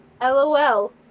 LOL